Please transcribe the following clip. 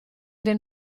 den